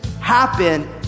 happen